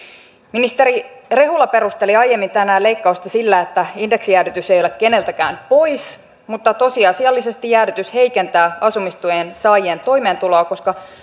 ministeri rehula perusteli aiemmin tänään leikkausta sillä että indeksijäädytys ei ole keneltäkään pois mutta tosiasiallisesti jäädytys heikentää asumistuen saajien toimeentuloa koska